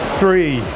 three